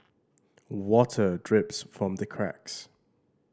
water drips from the cracks